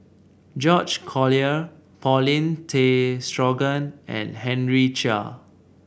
George Collyer Paulin Tay Straughan and Henry Chia